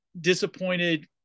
disappointed